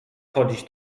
chodzić